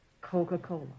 Coca-Cola